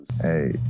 Hey